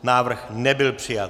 Návrh nebyl přijat.